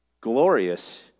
glorious